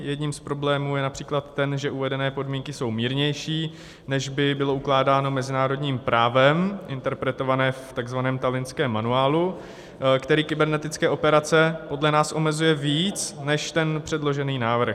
Jedním z problémů je například ten, že uvedené podmínky jsou mírnější, než by bylo ukládáno mezinárodním právem interpretovaným v takzvaném talinském manuálu, který kybernetické operace podle nás omezuje víc než předložený návrh.